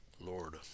Lord